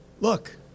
Look